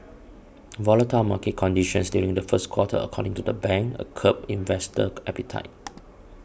volatile market conditions during the first quarter according to the bank a curbed investor appetite